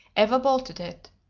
eva bolted it.